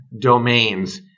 domains